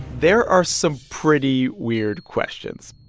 there are some pretty weird questions,